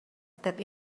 that